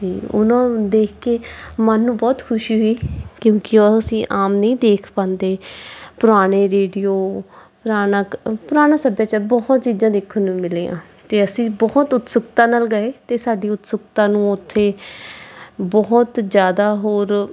ਅਤੇ ਉਹਨਾਂ ਨੂੰ ਦੇਖ ਕੇ ਮਨ ਨੂੰ ਬਹੁਤ ਖੁਸ਼ੀ ਹੋਈ ਕਿਉਂਕਿ ਉਹ ਅਸੀਂ ਆਮ ਨਹੀਂ ਦੇਖ ਪਾਉਂਦੇ ਪੁਰਾਣੇ ਰੇਡੀਓ ਪੁਰਾਣਾ ਪੁਰਾਣਾ ਸੱਭਿਆਚਾਰ ਬਹੁਤ ਚੀਜ਼ਾਂ ਦੇਖਣ ਨੂੰ ਮਿਲੀਆਂ ਅਤੇ ਅਸੀਂ ਬਹੁਤ ਉਤਸੁਕਤਾ ਨਾਲ ਗਏ ਅਤੇ ਸਾਡੀ ਉਤਸੁਕਤਾ ਨੂੰ ਉੱਥੇ ਬਹੁਤ ਜ਼ਿਆਦਾ ਹੋਰ